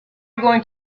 going